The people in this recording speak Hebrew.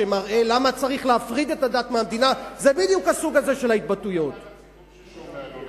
הוא קרא לציבור ששומע לו,